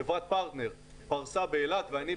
חברת פרטנר פרסה באילת - ואני,